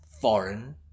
foreign